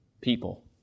people